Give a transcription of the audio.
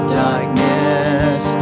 darkness